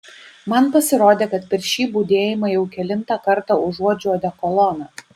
man pasirodė kad per šį budėjimą jau kelintą kartą užuodžiu odekoloną